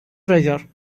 treasure